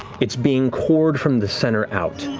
it's being cored from the center out.